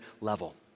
level